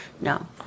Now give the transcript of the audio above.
no